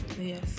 Yes